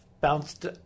bounced